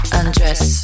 undress